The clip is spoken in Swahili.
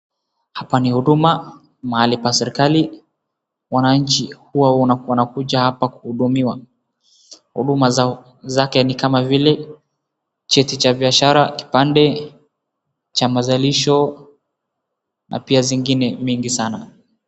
Hapa ni huduma mahali pa serikali. Wananchi hua wanakuja hapa kuhudumiwa, huduma zake ni kama vile cheti cha biashara, kipande cha mazalisho na pia zingine mingi sana.